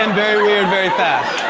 um very weird very fast.